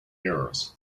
euros